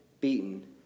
beaten